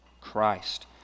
Christ